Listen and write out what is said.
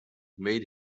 made